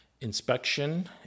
Inspection